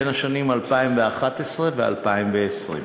בין השנים 2011 ו-2020.